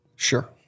Sure